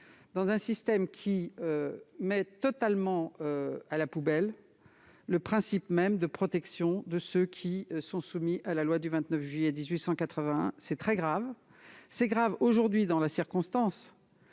dans un système qui met totalement à la poubelle le principe même de protection de ceux qui sont soumis à la loi du 29 juillet 1881. C'est très grave ! Cela l'est déjà dans les circonstances